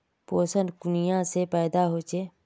पोषण कुनियाँ से पैदा होचे?